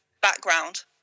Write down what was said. background